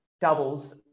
doubles